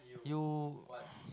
you